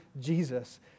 Jesus